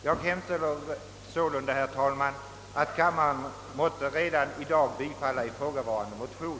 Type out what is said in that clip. Jag hemställer sålunda, herr talman, att kammaren måtte redan i dag bifalla ifrågavarande motion.